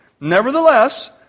Nevertheless